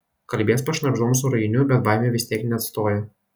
kalbies pašnabždom su rainiu bet baimė vis tiek neatstoja